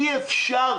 אי אפשר.